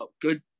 good